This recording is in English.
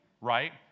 right